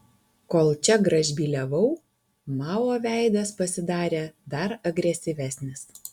kol čia gražbyliavau mao veidas pasidarė dar agresyvesnis